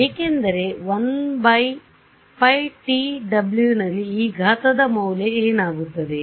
ಏಕೆಂದರೆ 1πtw ನಲ್ಲಿ ಈ ಘಾತದ ಮೌಲ್ಯ ಏನಾಗುತ್ತದೆ